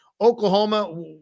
Oklahoma